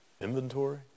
inventory